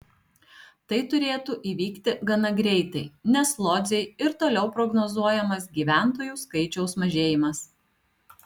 tai turėtų įvykti gana greitai nes lodzei ir toliau prognozuojamas gyventojų skaičiaus mažėjimas